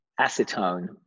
acetone